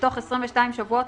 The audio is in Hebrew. בתוך 22 שבועות,